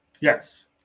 Yes